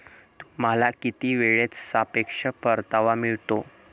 तुम्हाला किती वेळेत सापेक्ष परतावा मिळतो?